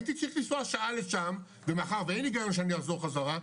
הייתי צריך לנסוע שעה לשם ומאחר ואין לי איך לחזור חזרה,